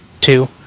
two